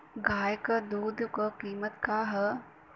गाय क दूध क कीमत का हैं?